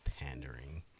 Pandering